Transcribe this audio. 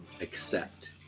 accept